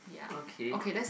okay